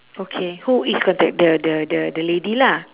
okay who is contact the the the the lady lah